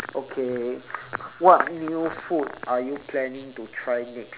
okay what new food are you planning to try next